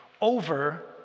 over